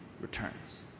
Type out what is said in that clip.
returns